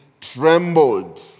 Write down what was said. trembled